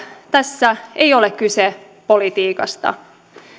tässä ei ole kyse politiikasta